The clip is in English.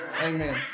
Amen